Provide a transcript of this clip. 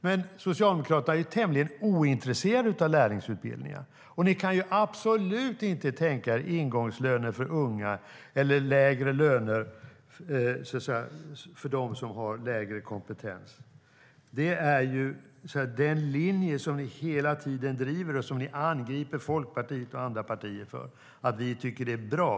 Men Socialdemokraterna är tämligen ointresserade av lärlingsutbildningar, och ni kan absolut inte tänka er ingångslöner för unga eller lägre löner för dem som har lägre kompetens. Det är den linje som ni hela tiden driver. Och ni angriper Folkpartiet och andra partier för att vi tycker att det är bra.